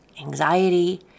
anxiety